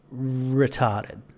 retarded